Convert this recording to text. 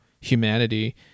humanity